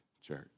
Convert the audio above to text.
church